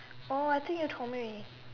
oh I think you told me